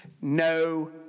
No